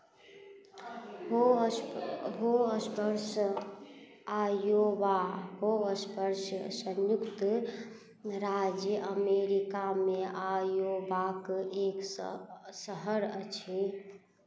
होस Hospers Iowa Hospers संयुक्त राज्य अमेरिकामे आयोवाक एकसँ शहर अछि